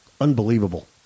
unbelievable